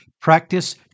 Practice